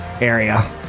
area